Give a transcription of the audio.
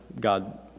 God